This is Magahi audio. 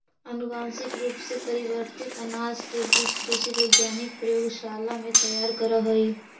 अनुवांशिक रूप से परिवर्तित अनाज के बीज कृषि वैज्ञानिक प्रयोगशाला में तैयार करऽ हई